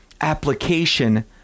application